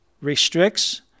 restricts